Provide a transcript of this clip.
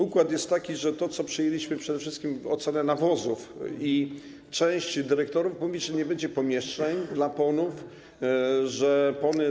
Układ jest taki, że to, co przyjęliśmy, to przede wszystkim ocena nawozów, i część dyrektorów mówi, że nie będzie pomieszczeń dla PON-ów.